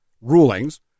rulings